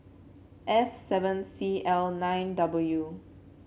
f seven C L nine W